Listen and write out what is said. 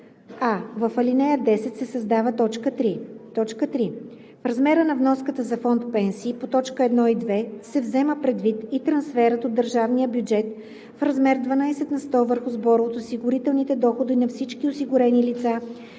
а) в ал. 10 се създава т. 3: „3. в размера на вноската за фонд „Пенсии“ по т. 1 и 2 се взема предвид и трансферът от държавния бюджет в размер 12 на сто върху сбора от осигурителните доходи на всички осигурени лица